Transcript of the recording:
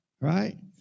right